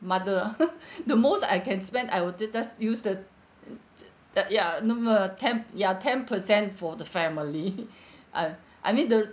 mother ah the most I can spend I will ju~ just use the mm uh the ya number ten ya ten percent for the family I I mean the